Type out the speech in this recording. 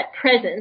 presence